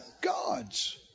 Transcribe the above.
God's